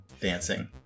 dancing